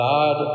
God